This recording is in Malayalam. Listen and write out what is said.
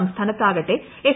സംസ്ഥാനത്താകട്ടെ എസ്